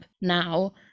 now